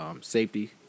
safety